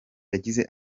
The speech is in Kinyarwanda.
yagize